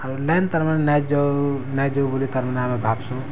ଆଉ ଲାଇନ୍ ତାର୍ମାନେ ନାଇଁ ଯଉ ନାଇଁ ଯଉ ବୋଲି ତାର୍ମାନେ ଆମେ ଭାବ୍ସୁଁ